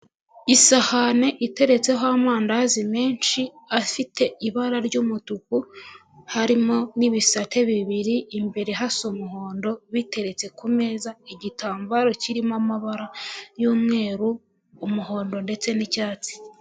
Isahani iteretseho amandazi menshi afite ibara ry'umutuku, harimo n'ibisate bibiri imbere hasa umuhondo, biteretse ku meza igitambaro kirimo amabara y'umweru umuhondo ndetse n'icyatsi.